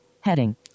heading